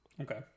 Okay